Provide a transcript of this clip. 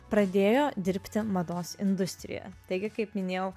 pradėjo dirbti mados industrijoje taigi kaip minėjau